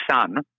son